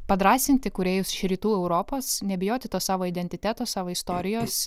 padrąsinti kūrėjus iš rytų europos nebijoti to savo identiteto savo istorijos